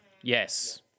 Yes